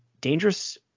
dangerous